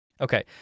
Okay